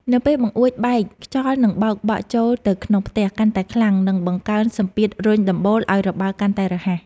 នៅពេលបង្អួចបែកខ្យល់នឹងបោកបក់ចូលទៅក្នុងផ្ទះកាន់តែខ្លាំង និងបង្កើនសម្ពាធរុញដំបូលឱ្យរបើកកាន់តែរហ័ស។